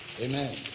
Amen